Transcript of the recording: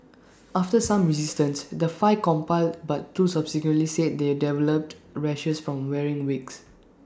after some resistance the five complied but two subsequently said they developed rashes from wearing wigs